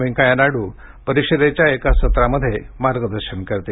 वेंकय्या नायडू परिषदेच्या एका सत्रामध्ये मार्गदर्शन करणार आहेत